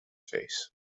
face